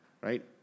right